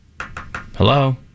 Hello